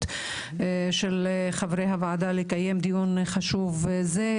של חברי הוועדה לקיים דיון חשוב זה,